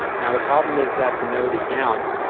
now, the problem is that the node is down.